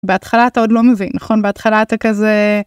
בהתחלה אתה עוד לא מבין, נכון? בהתחלה אתה כזה...